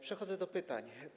Przechodzę do pytań.